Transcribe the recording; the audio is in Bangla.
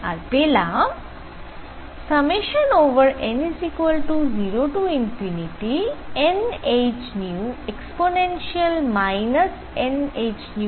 আর পেলাম n0nhνe nhνkTn0e nhνkT